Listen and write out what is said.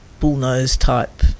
bullnose-type